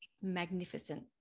magnificent